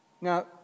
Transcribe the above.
Now